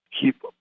keep